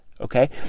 Okay